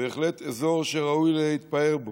זה בהחלט אזור שראוי להתפאר בו.